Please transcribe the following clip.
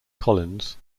collins